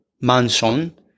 mansion